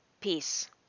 Peace